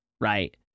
Right